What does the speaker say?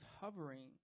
hovering